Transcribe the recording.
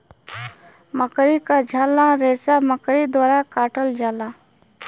मकड़ी क झाला रेसा मकड़ी द्वारा काटल जाला